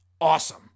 awesome